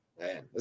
man